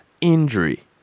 injury